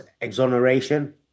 exoneration